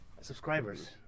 subscribers